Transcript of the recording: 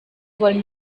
wollen